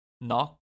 knock